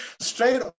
straight